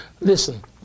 Listen